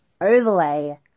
overlay